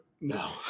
No